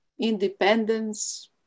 independence